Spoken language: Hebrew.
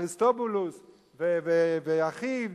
אריסטובולוס ואחיו,